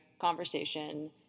conversation